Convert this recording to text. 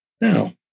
Now